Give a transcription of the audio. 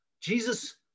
Jesus